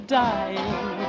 dying